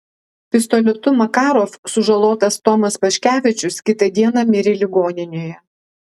pistoletu makarov sužalotas tomas paškevičius kitą dieną mirė ligoninėje